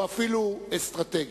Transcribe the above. או אפילו אסטרטגי.